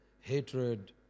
hatred